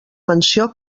menció